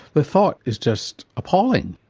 the thought is just appalling.